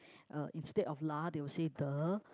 uh instead of lah they will say duh